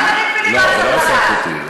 לא, זה לא בסמכותי.